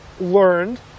learned